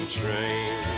train